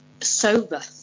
Sober